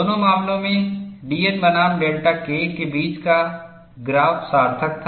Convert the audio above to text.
दोनों मामलों में dN बनाम डेल्टा K के बीच का ग्राफ सार्थक था